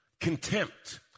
Contempt